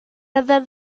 rather